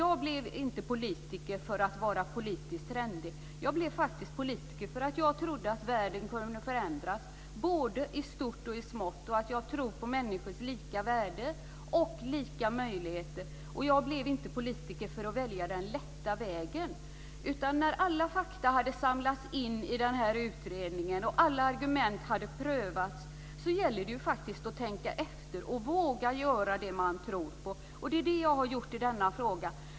Jag blev inte politiker för att vara politiskt trendig. Jag blev politiker för att trodde att världen kunde förändras både i stort och i smått. Jag tror på människors lika värde och lika möjligheter. Jag blev inte politiker för att välja den lätta vägen. När alla fakta hade samlats in i utredningen och alla argument hade prövats gällde det att tänka efter och våga göra det man tror på. Det är vad jag har gjort i denna fråga.